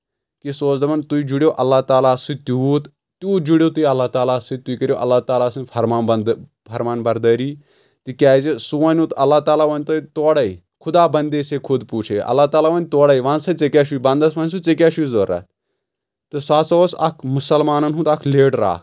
کہِ سُہ اوس دَپان تُہۍ جُڑِو اللہ تعالیٰ سۭتۍ تیوٗت تیوٗت جُڑِو تُہۍ اللہ تعالیٰ سۭتۍ تُہۍ کٔرِو اللہ تعالیٰ سٕنٛز فرمان بنٛد فرمان بردٲری تِکیازِ سُہ وَنو تہٕ اللہ تعالیٰ وۄنۍ تۄہہِ تورے خدا بنٛدے سے خُد پوٗچھے اللہ تعالیٰ وۄنۍ تورے وَن سا ژےٚ کیٛاہ چھُ بنٛدس وَن سُہ ژےٚ کیاہ چھُ ضوٚرتھ تہٕ سُہ ہسا اوس اکھ مُسلمانن ہُنٛد اکھ لیٹر اکھ